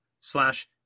slash